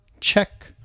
Check